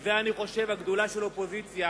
וזאת, אני חושב, הגדולה של אופוזיציה,